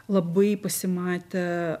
labai pasimatė